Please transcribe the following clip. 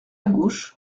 gauche